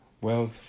wells